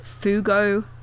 Fugo